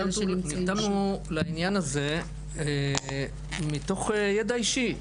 נרתמנו לעניין הזה מתוך ידע אישי.